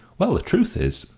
well, the truth is,